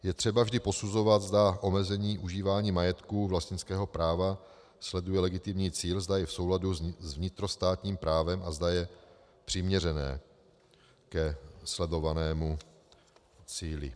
Je třeba vždy posuzovat, zda omezení užívání majetku vlastnického práva sleduje legitimní cíl, zda je v souladu s vnitrostátním právem a zda je přiměřené ke sledovanému cíli.